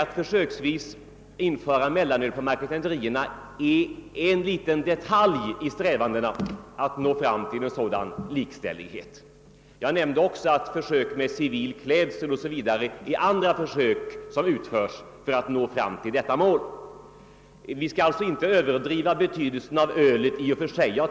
Att försöksvis införa mellanöl på marketenterierna är en liten detalj i strävandena att nå fram till en sådan likställighet. Jag nämnde också att försök med civil klädsel o.s.v. är andra detaljer för att nå fram till detta mål. Vi skall alltså inte överdriva betydelsen av ölet i och för sig.